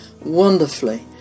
Wonderfully